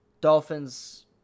Dolphins